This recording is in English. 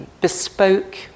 bespoke